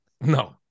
No